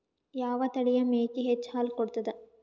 ಯಾವ ತಳಿಯ ಮೇಕಿ ಹೆಚ್ಚ ಹಾಲು ಕೊಡತದ?